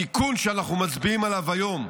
התיקון שאנחנו מצביעים עליו היום,